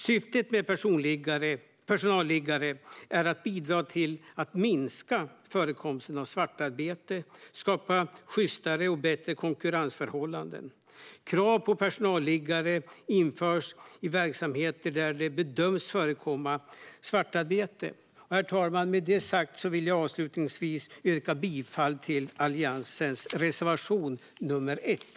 Syftet med personalliggare är att bidra till att minska förekomsten av svartarbete och skapa sjystare och bättre konkurrensförhållanden. Krav på personalliggare införs i verksamheter där det bedöms förekomma svartarbete. Herr talman! Med detta sagt vill jag avslutningsvis yrka bifall till Alliansens reservation 1.